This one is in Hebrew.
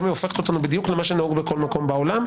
אם היא הופכת אותנו בדיוק למה שנהוג בכל מקום בעולם,